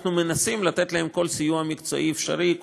אנחנו מנסים לתת להם כל סיוע מקצועי אפשרי,